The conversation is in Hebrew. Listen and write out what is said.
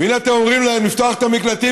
והינה אתם אומרים להם לפתוח את המקלטים,